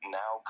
now